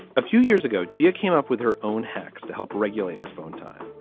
a few years ago gia came up with her own hacks to help regulate her phone time.